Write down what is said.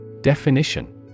Definition